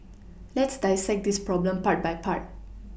let's dissect this problem part by part